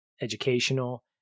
educational